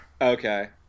Okay